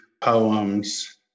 poems